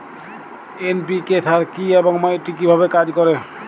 NPK সার কি এবং এটি কিভাবে কাজ করে?